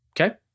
Okay